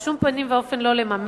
בשום פנים ואופן לא לממן,